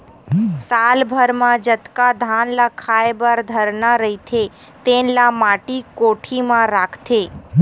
साल भर म जतका धान ल खाए बर धरना रहिथे तेन ल माटी कोठी म राखथे